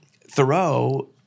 Thoreau